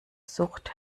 sucht